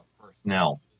personnel